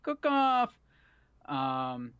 cook-off